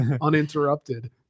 uninterrupted